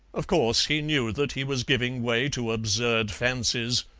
of course he knew that he was giving way to absurd fancies,